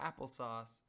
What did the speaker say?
Applesauce